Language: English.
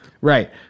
Right